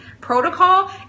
protocol